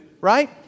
right